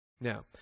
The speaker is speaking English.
Now